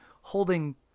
holding